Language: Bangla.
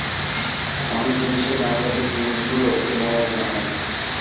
অনেক জিনিসের দাম দেখে জিনিস গুলো কেনা বেচা হয়